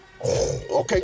Okay